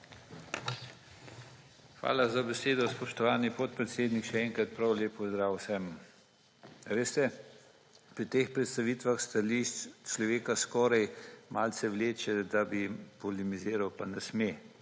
Hvala za besedo, spoštovani podpredsednik. Še enkrat prav lep pozdrav vsem! Veste, pri teh predstavitev stališč človeka skoraj malce vleče, da bi polemiziral, pa ne sme